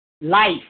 Life